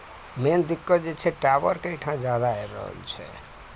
मेन दिक्कत जे छै टावर के एहिठाम जादा आबि रहल छै